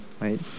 right